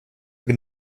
mehr